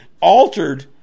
altered